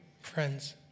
friends